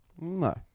No